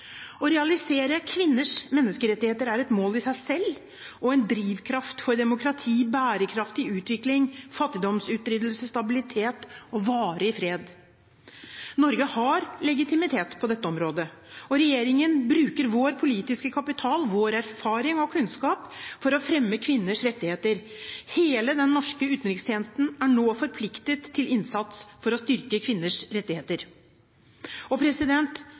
Å realisere kvinners menneskerettigheter er et mål i seg selv og en drivkraft for demokrati, bærekraftig utvikling, fattigdomsutryddelse, stabilitet og varig fred. Norge har legitimitet på dette området, og regjeringen bruker vår politiske kapital, vår erfaring og kunnskap for å fremme kvinners rettigheter. Hele den norske utenrikstjenesten er nå forpliktet til innsats for å styrke kvinners rettigheter. Kvinners rettigheter er en selvfølgelig menneskerettighet, og